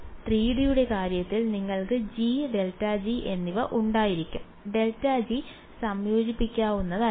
3D യുടെ കാര്യത്തിൽ നിങ്ങൾക്ക് g ∇g എന്നിവ ഉണ്ടായിരിക്കും ∇g സംയോജിപ്പിക്കാവുന്നതല്ല